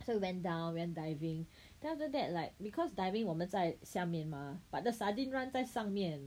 so we went down went diving then after that like because diving 我们在下面 mah but the sardine run 在上面